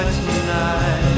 tonight